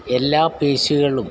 എല്ലാ പേശികളും